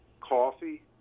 coffee